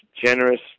generous